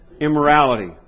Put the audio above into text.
immorality